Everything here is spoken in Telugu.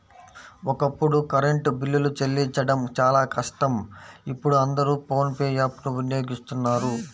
ఒకప్పుడు కరెంటు బిల్లులు చెల్లించడం చాలా కష్టం ఇప్పుడు అందరూ ఫోన్ పే యాప్ ను వినియోగిస్తున్నారు